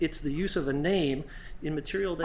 it's the use of the name immaterial